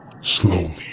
Slowly